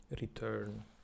return